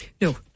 no